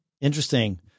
Interesting